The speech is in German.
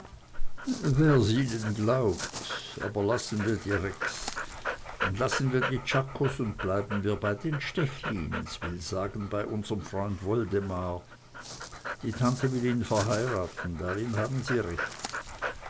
wer's ihnen glaubt aber lassen wir die rex und lassen wir die czakos und bleiben wir bei den stechlins will sagen bei unserm freunde woldemar die tante will ihn verheiraten darin haben sie recht